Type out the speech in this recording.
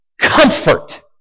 comfort